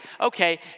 okay